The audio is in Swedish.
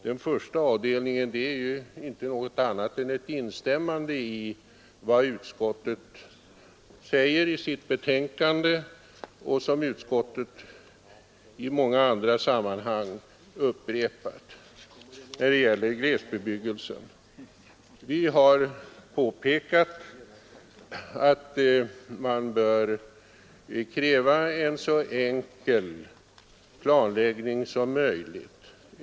Den första avdelningen är ju inte något annat än ett instämmande i vad utskottet säger i sitt betänkande och vad utskottet i många andra sammanhang upprepat när det gäller glesbebyggelse. Vi har påpekat att man bör kräva en så enkel översiktsplanering som möjligt.